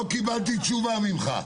לא קיבלתי תשובה ממך.